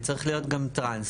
צריך להיות גם טרנס,